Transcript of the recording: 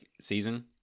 season